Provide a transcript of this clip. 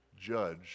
judge